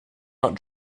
not